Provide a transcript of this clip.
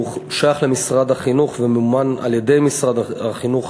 והוא שייך למשרד החינוך וממומן על-ידי משרד החינוך